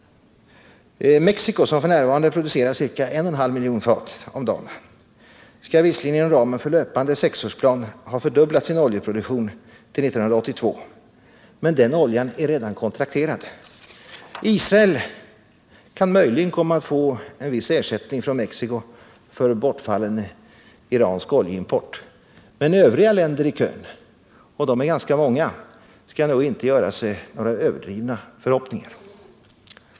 Mexico, som f. n. producerar ca 1,5 miljoner fat om dagen, skall visserligen inom ramen för löpande sexårsplan ha fördubblat sin oljeproduktion till 1982, men den oljan är redan kontrakterad. Israel kan möjligen komma att få viss ersättning från Mexico för bortfallen iransk oljeimport, men övriga länder i kön — och de är ganska många — skall nog inte göra sig några överdrivna förhoppningar.